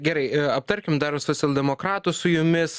gerai aptarkim dar socialdemokratus su jumis